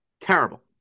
Terrible